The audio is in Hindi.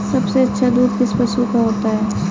सबसे अच्छा दूध किस पशु का होता है?